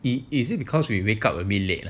it is it because we wake up a late lah